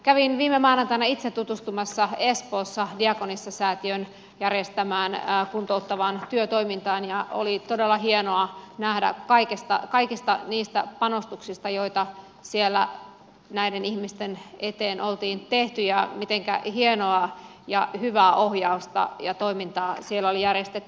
kävin viime maanantaina itse tutustumassa espoossa diakoniasäätiön järjestämään kuntouttavaan työtoimintaan ja oli todella hienoa nähdä kaikki se panostus jota siellä näiden ihmisten eteen oli tehty ja miten hienoa ja hyvää ohjausta ja toimintaa siellä oli järjestetty